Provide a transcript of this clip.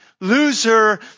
Loser